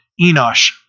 Enosh